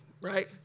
right